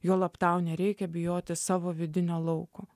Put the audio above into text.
juolab tau nereikia bijoti savo vidinio lauko